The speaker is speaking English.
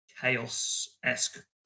chaos-esque